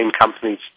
companies